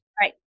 Right